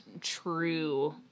true